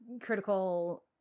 critical